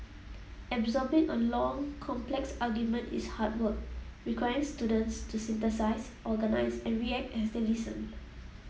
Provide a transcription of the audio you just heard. absorbing a long complex argument is hard work requiring students to synthesise organise and react as they listen